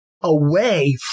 away